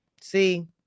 See